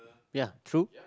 ya true